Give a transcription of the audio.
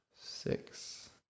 six